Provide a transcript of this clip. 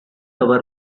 our